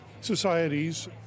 societies